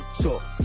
talk